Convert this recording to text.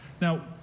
Now